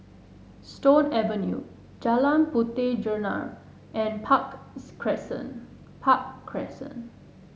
Stone Avenue Jalan Puteh Jerneh and Park Crescent Park Crescent